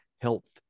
health